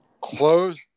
close